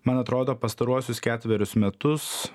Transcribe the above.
man atrodo pastaruosius ketverius metus